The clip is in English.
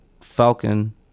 Falcon